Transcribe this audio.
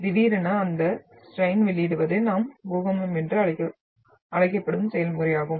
திடீரென அந்த ஸ்ட்ரைன் வெளியிடுவது நாம் பூகம்பம் என்று அழைக்கப்படும் செயல்முறையாகும்